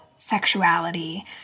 Sexuality